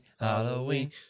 Halloween